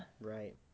right